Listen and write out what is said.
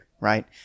right